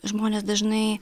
žmonės dažnai